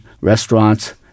restaurants